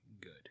good